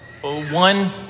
one